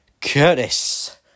Curtis